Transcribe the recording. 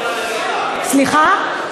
סליחה?